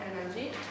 energy